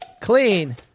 clean